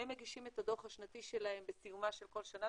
הם מגישים את הדוח השנתי שלהם בסיומה של כל שנה,